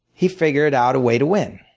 he figured out a way to win.